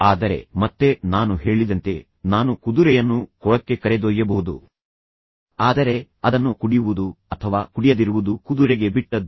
ಆದರೆ ಮತ್ತೆ ನಾನು ಹೇಳಿದಂತೆ ನಾನು ಕುದುರೆಯನ್ನು ಕೊಳಕ್ಕೆ ಕರೆದೊಯ್ಯಬಹುದು ಆದರೆ ಅದನ್ನು ಕುಡಿಯುವುದು ಅಥವಾ ಕುಡಿಯದಿರುವುದು ಕುದುರೆಗೆ ಬಿಟ್ಟದ್ದು